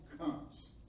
comes